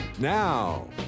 Now